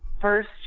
first